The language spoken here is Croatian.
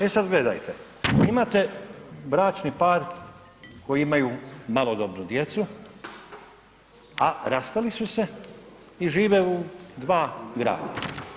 E sad gledajte, imate bračni par koji imaju malodobnu djecu a rastali su se i žive u dva grada.